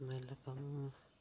महिलां कम्म